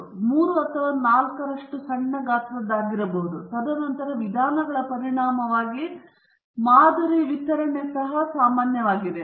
ಇದು 3 ಅಥವಾ 4 ರ ಸಣ್ಣ ಗಾತ್ರದ್ದಾಗಿರಬಹುದು ತದನಂತರ ವಿಧಾನಗಳ ಪರಿಣಾಮವಾಗಿ ಮಾದರಿ ವಿತರಣೆ ಸಹ ಸಾಮಾನ್ಯವಾಗಿದೆ